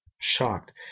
shocked